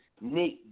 Nick